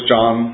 John